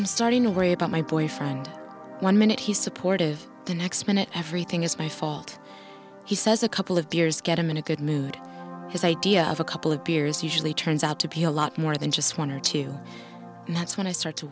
i'm starting to worry about my boyfriend one minute he's supportive the next minute everything is my fault he says a couple of beers get him in a good mood his idea of a couple of beers usually turns out to be a lot more than just one or two and that's when i start to